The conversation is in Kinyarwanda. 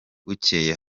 bukeye